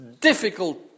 difficult